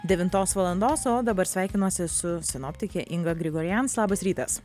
devintos valandos o dabar sveikinuosi su sinoptike inga grigorianc labas rytas